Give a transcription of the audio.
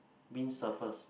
windsurfers